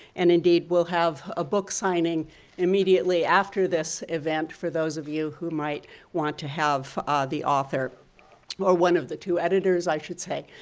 and indeed we'll have a book signing immediately after this event for those of you who might want to have the author or one of the two editors i should say,